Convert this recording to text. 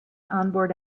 onboard